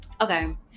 Okay